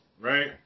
right